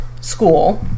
school